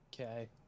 Okay